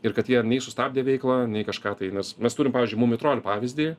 ir kad jie nei sustabdė veiklą nei kažką tai nes mes turim pavyzdžiui mumi trol pavyzdį